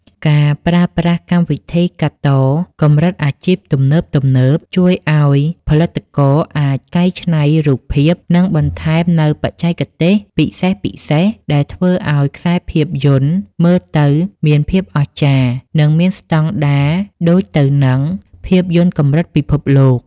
ការប្រើប្រាស់កម្មវិធីកាត់តកម្រិតអាជីពទំនើបៗ ជួយឱ្យផលិតករអាចកែច្នៃរូបភាព និងបន្ថែមនូវបច្ចេកទេសពិសេសៗដែលធ្វើឱ្យខ្សែភាពយន្តមើលទៅមានភាពអស្ចារ្យ និងមានស្ដង់ដារដូចទៅនឹងភាពយន្តកម្រិតពិភពលោក។